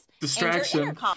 distraction